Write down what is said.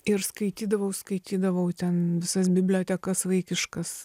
ir skaitydavau skaitydavau ten visas bibliotekas vaikiškas